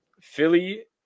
Philly